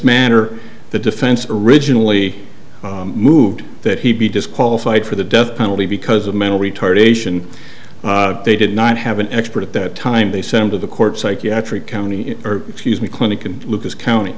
manner the defense originally moved that he be disqualified for the death penalty because of mental retardation they did not have an expert at that time they sent him to the court psychiatric county or excuse me clinic and lucas county